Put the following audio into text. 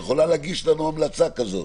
היא יכולה להגיש לנו המלצה כזאת.